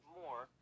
more